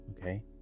okay